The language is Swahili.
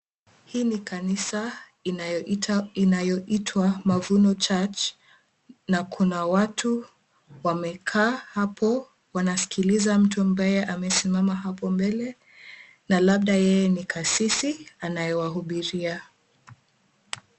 Hii na kanisa inayoitwa Mavuno Church na kuna watu wamekaa hapo wanaskiliza mtu ambaye amesimama hapo mbele na labda yeye ni kasisi anayewahubiria.